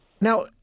Now